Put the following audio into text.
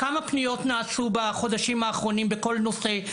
כמה פניות נעשו בחודשים האחרונים בכל נושא?